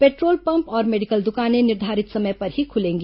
petrol pump और medical दुकानें निर्धारित समय पर ही खुलेंगी